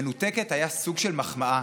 "מנותקת" היה סוג של מחמאה.